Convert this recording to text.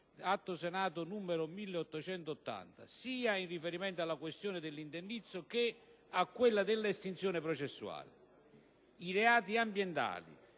di legge n. 1880-A, in riferimento sia alla questione dell'indennizzo che a quella dell'estinzione processuale. I reati ambientali,